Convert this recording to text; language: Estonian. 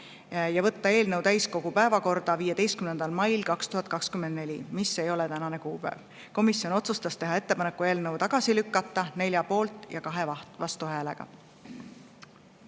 ja võtta eelnõu täiskogu päevakorda 15. mail 2024, mis ei ole tänane kuupäev. Komisjon otsustas teha ettepaneku eelnõu tagasi lükata 4 poolt- ja 2 vastuhäälega.